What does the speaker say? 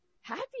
happy